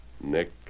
Nick